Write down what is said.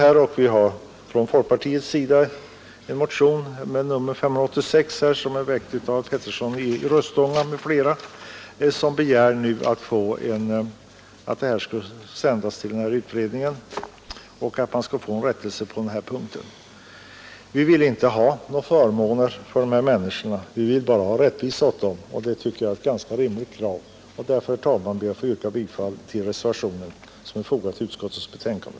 I år finns det en folkpartimotion nr 586 som är väckt av herr Petersson i Röstånga m.fl. och som vi nu begär skall sändas till utredningen. Vi vill att det skall bli en rättelse på den här punkten. Vi vill inte ha några särskilda förmåner för de människor det gäller. Vi vill bara ha rättvisa åt dem. Det tycker jag är ett rimligt krav. Därför, herr talman, ber jag att få yrka bifall till reservationen vid utskottets betänkande.